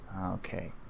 Okay